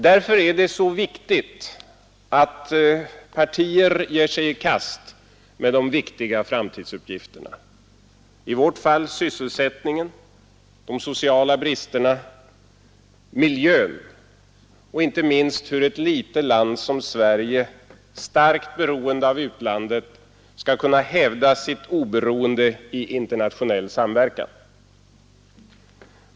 Därför är det viktigt att partierna ger sig i kast med de viktiga framtidsuppgifterna, i vårt fall sysselsättningen, de sociala bristerna, miljön och inte minst hur ett litet land som Sverige, starkt beroende av utlandet, skall kunna hävda sitt oberoende i internationell samverkan.